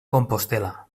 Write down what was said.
compostel·la